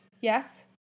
yes